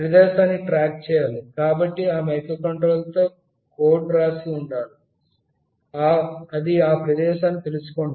ప్రదేశాన్ని ట్రాక్ చేయాలి కాబట్టి ఆ మైక్రోకంట్రోలర్లో కోడ్ రాసి ఉండాలి అది ఆ ప్రదేశాన్ని తెలుసుకొంటుంది